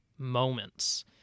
moments